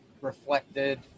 reflected